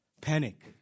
panic